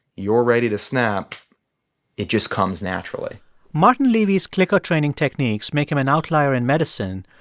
you're ready to snap it just comes naturally martin levy's clicker-training techniques make him an outlier in medicine.